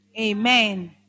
Amen